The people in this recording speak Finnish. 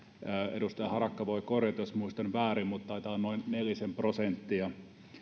edustaja harakka voi korjata jos muistan väärin mutta taitaa olla noin nelisen prosenttia